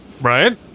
Brian